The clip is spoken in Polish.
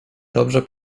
dobrze